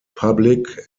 public